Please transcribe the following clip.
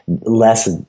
less